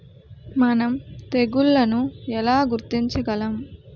మనం తెగుళ్లను ఎలా గుర్తించగలం?